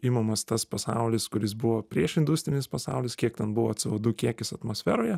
imamas tas pasaulis kuris buvo prieš industrinis pasaulis kiek ten buvo co du kiekis atmosferoje